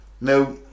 Now